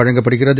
வழங்கப்படுகிறது